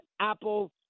Apple –